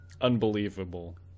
unbelievable